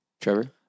Trevor